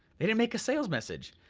they didn't make a sales message,